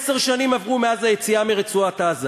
עשר שנים עברו מאז היציאה מרצועת-עזה.